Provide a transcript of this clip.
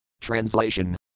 Translation